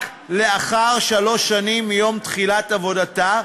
רק לאחר שלוש שנים מיום תחילת עבודתה,